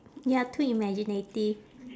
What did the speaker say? you are too imaginative